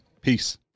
Peace